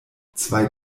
zwei